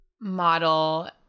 model